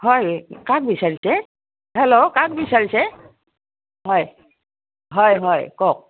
হয় কাক বিচাৰিছে হেল্ল' কাক বিচাৰিছে হয় হয় হয় কওক